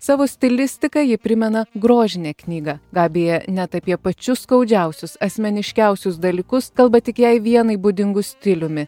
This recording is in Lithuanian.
savo stilistika ji primena grožinę knygą gabija net apie pačius skaudžiausius asmeniškiausius dalykus kalba tik jai vienai būdingu stiliumi